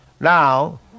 Now